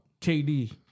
KD